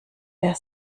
der